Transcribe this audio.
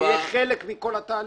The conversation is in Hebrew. שהוא יהיה חלק מכל התהליך.